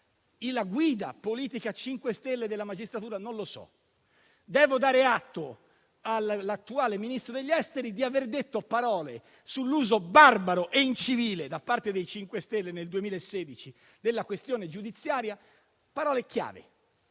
la guida politica dei 5 Stelle sulla magistratura? Non lo so. Devo dare atto all'attuale Ministro degli affari esteri di aver detto parole chiare sull'uso barbaro e incivile, da parte dei 5 Stelle nel 2016, della questione giudiziaria; scuse timide